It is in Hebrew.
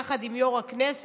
יחד עם יו"ר הכנסת,